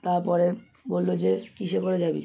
তারপরে বলল যে কিসে করে যাবি